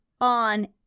on